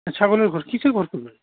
না ছাগলের ঘর কীসের ঘর করবেন